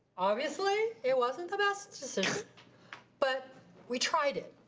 obviously, it wasn't the best but we tried it,